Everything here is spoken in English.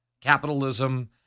capitalism